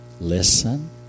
Listen